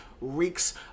reeks